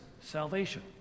salvation